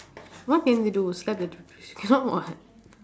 what can we do slap the cannot [what]